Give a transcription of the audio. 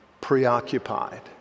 preoccupied